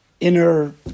inner